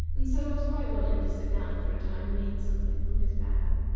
and so was quite willing to sit down for a time and eat something from his bag.